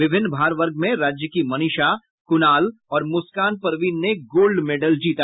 विभिन्न भार वर्ग में राज्य की मनीषा क्णाल और मुस्कान परवीन ने गोल्ड मैडल जीता